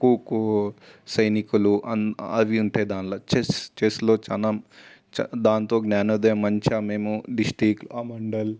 ఖోఖో సైనికులు అవి ఉంటాయి దాంట్లో చెస్ చెస్లో చాలా దానితో జ్ఞానోదయం మంచిగా మేము డిస్ట్రిక్ట్ ఆ మండల్